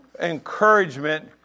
encouragement